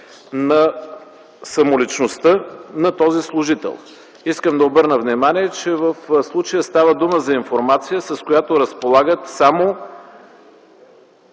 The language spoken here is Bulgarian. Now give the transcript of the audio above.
на самоличността на този служител. Искам да обърна внимание, че в случая става дума за информация, с която разполагат само